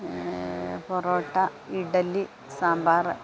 parotta idli sambar